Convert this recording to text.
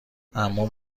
عموم